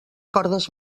cordes